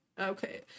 okay